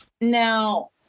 Now